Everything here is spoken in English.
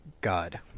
God